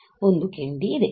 ನನ್ನಲ್ಲಿ ಒಂದು ಕಿಂಡಿ ಇದೆ